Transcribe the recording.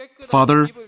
Father